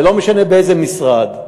ולא משנה באיזה משרד.